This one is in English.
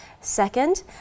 Second